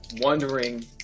wondering